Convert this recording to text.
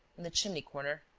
in the chimney corner.